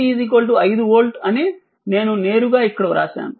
ఈ vC∞ 5 volt అని నేను నేరుగా ఇక్కడ వ్రాశాను